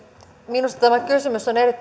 minusta tämä kysymys on erittäin